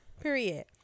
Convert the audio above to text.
Period